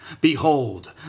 Behold